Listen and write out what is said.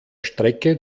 strecke